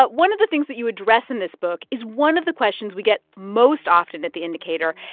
but one of the things that you address in this book is one of the questions we get most often at the indicator.